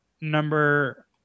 Number